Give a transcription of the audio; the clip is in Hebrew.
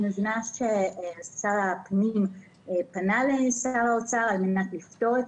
אני מבינה ששר הפנים פנה לשר האוצר על מנת לפטור את